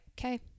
okay